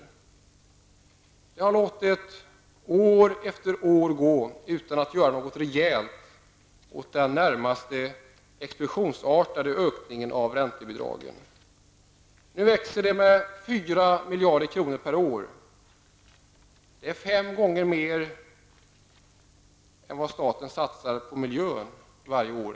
Socialdemokraterna har låtit år efter år gå utan att göra något rejält åt den närmast explosionsartade ökningen av räntebidragen, sonm nu växer med 4 miljarder kronor per år. Detta är fem gånger mer än vad staten exempelvis satsar på miljön varje år!